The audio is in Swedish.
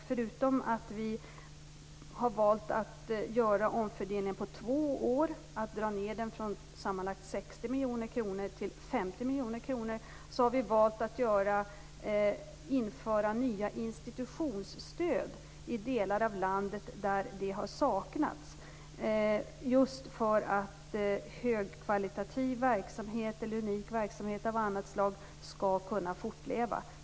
Förutom att vi har valt att göra omfördelningen på två år och att minska neddragningen, från sammanlagt 60 miljoner kronor till 50 miljoner kronor, har vi valt att införa nya institutionsstöd i delar av landet där sådana har saknats; detta just för att högkvalitativ verksamhet eller unik verksamhet av annat slag skall kunna fortleva.